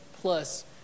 Plus